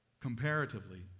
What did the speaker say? comparatively